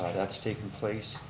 that's taken place.